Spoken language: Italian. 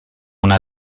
una